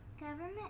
Government